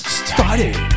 started